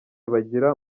bagira